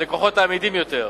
הלקוחות האמידים יותר.